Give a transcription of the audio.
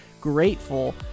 grateful